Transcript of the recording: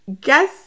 Guess